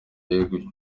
yeguye